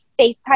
Facetime